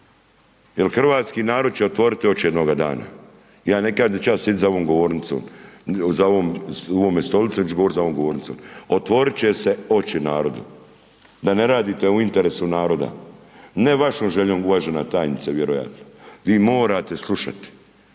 jer hrvatsku narod će otvoriti oči jednoga dana, ja ne kažem da ću ja sjediti za ovom govornicom, za ovom stolicom i da ću govoriti za ovom govornicom, otvorit će se oči narodu, da ne radite u interesu naroda, ne vašom željom uvažena tajnice vjerojatno, vi morate slušati,